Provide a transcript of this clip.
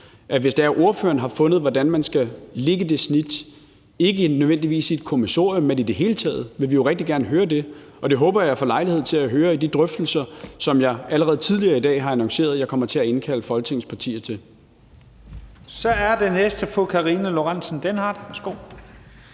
at hvis det er sådan, at ordføreren har fundet ud af, hvordan man skal lægge det snit, ikke nødvendigvis i et kommissorie, men i det hele taget, vil vi jo rigtig gerne høre det. Og det håber jeg at jeg får lejlighed til at høre i de drøftelser, som jeg allerede tidligere i dag har annonceret at jeg kommer til at indkalde Folketingets partier til. Kl. 11:51 Første næstformand (Leif Lahn Jensen):